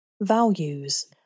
Values